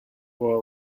will